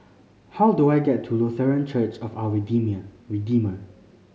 how do I get to Lutheran Church of Our Redeemer